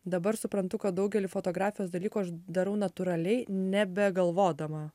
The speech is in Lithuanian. dabar suprantu kad daugelį fotografijos dalykų aš darau natūraliai nebegalvodama